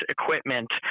equipment